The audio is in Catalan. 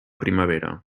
primavera